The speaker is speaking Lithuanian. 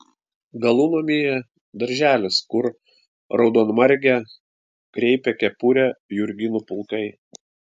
galunamyje darželis kur raudonmargę kreipia kepurę jurginų pulkai